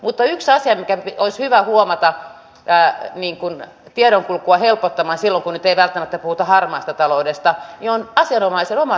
mutta yksi asia mikä olisi hyvä huomata tiedonkulkua helpottamaan silloin kun nyt ei välttämättä puhuta harmaasta taloudesta on asianomaisen oma suostumus